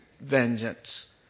vengeance